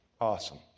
Awesome